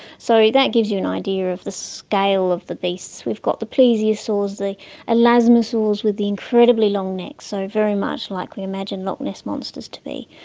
so that gives you an idea of the scale of the beasts, we've got the plesiosaurs, the elasmosaurs with the incredibly long necks, so very much like we imagine loch ness monsters to be.